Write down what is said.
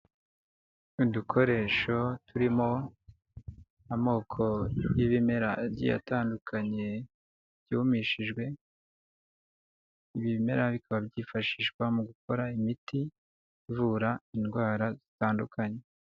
Udukoresho turimo amoko y'ibimera, agiye atandukanye byumishijwe. Ibimera bikaba byifashishwa mu gukora imiti ivura indwara zitandukanye.